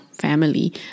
family